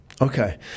Okay